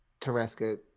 Tereska